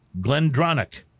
Glendronic